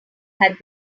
had